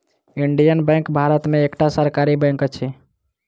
Indian bank भारत में एकटा सरकारी बैंक अछि